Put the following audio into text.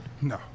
No